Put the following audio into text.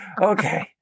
Okay